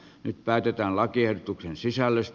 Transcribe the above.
nyt päätetään lakiehdotuksen sisällöstä